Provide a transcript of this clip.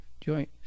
joint